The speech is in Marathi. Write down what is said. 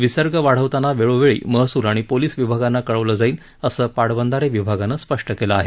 विसर्ग वाढवताना वेळोवेळी महसूल आणि पोलीस विभागांना कळवलं जाईल असं पाटबंधारे विभागानं स्पष्ट केलं आहे